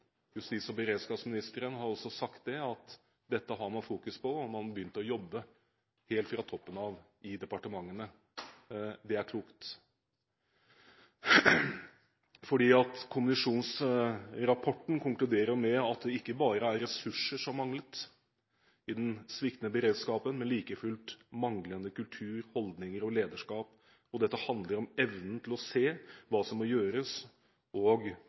man har begynt å jobbe helt fra toppen av i departementene. Det er klokt. Kommisjonsrapporten konkluderer med at det ikke bare var ressurser som manglet i den sviktende beredskapen, men like fullt manglende kultur, holdninger og lederskap. Dette handler om evnen til å se hva som må gjøres, og